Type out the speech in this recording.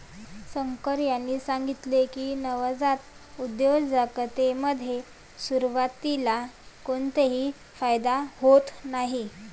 शंकर यांनी सांगितले की, नवजात उद्योजकतेमध्ये सुरुवातीला कोणताही फायदा होत नाही